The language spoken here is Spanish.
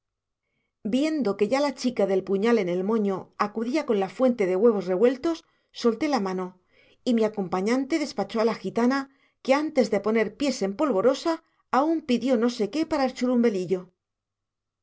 viendo que ya la chica del puñal en el moño acudía con la fuente de huevos revueltos solté la mano y mi acompañante despachó a la gitana que antes de poner pies en polvorosa aún pidió no sé qué para er